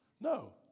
No